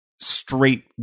straight